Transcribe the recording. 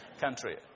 country